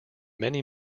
many